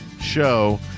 show